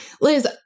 Liz